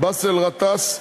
באסל גטאס,